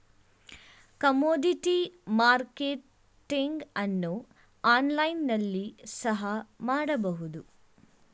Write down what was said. commodity marketing ಅನ್ನು online ನಲ್ಲಿ ಸಹ ಮಾಡಬಹುದು